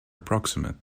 approximate